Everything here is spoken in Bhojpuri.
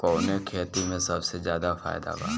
कवने खेती में सबसे ज्यादा फायदा बा?